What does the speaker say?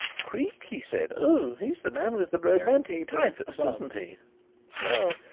creake, he said, oh, he's the man with the romantic typist, isn't he well,